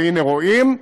והנה רואים.